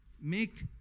make